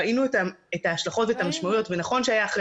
ראינו את ההשלכות ואת המשמעויות ונכון שאחר